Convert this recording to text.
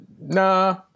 nah